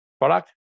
product